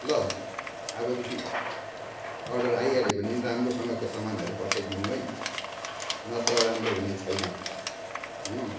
ल अबदेखि अर्डर आइहाल्यो भने राम्रोसँगको सामानहरू पठाइदिनु है नत्र राम्रो हुने छैन हो